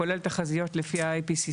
כולל תחזיות לפי ה-IPPC.